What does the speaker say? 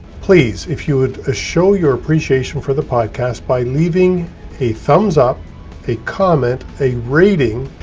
please. if you would ah show your appreciation for the podcast by leaving a thumbs up a comment, a rating,